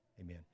Amen